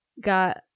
got